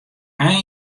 ein